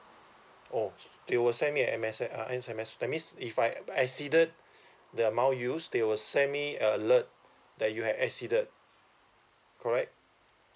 oh they will send a M_S_S uh S_M_S that means if I I've exceeded the amount used they will send me a alert that you have exceeded correct